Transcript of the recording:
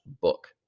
book